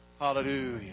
Hallelujah